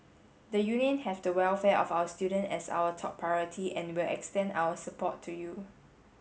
the union have the welfare of our student as our top priority and will extend our support to you